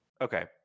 okay